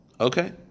Okay